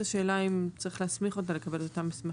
השאלה היא האם צריך להסמיך את הוועדה לקבל את המסמכים.